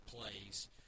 plays